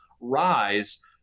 rise